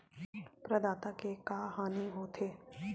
प्रदाता के का हानि हो थे?